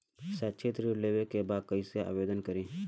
शैक्षिक ऋण लेवे के बा कईसे आवेदन करी?